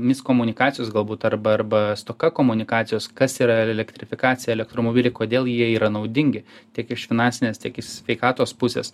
miskomunikacijos galbūt arba arba stoka komunikacijos kas yra ar elektrifikacija elektromobiliai kodėl jie yra naudingi tiek iš finansinės tiek iš sveikatos pusės